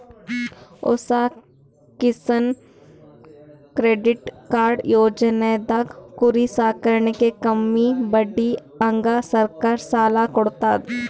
ಹೊಸ Kisan credit card ಯೋಜನೆದಾಗ್ ಕುರಿ ಸಾಕಾಣಿಕೆಗ್ ಕಮ್ಮಿ ಬಡ್ಡಿಹಂಗ್ ಸರ್ಕಾರ್ ಸಾಲ ಕೊಡ್ತದ್